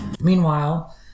Meanwhile